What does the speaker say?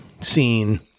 scene